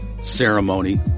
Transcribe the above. ceremony